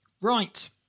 Right